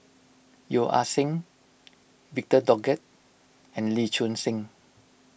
Yeo Ah Seng Victor Doggett and Lee Choon Seng